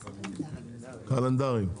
קלנדריים.